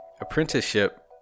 apprenticeship